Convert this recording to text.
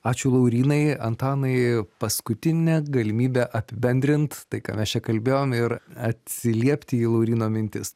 ačiū laurynai antanai paskutinė galimybė apibendrint tai ką mes čia kalbėjom ir atsiliepti į lauryno mintis